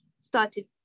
started